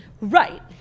Right